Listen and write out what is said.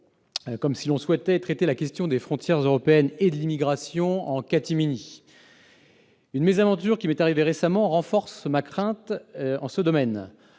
comme si l'on souhaitait traiter la question des frontières européennes et de l'immigration en catimini. Le 9 mai, c'est le 9 mai ! Une mésaventure qui m'est arrivée récemment renforce ma crainte en ce domaine.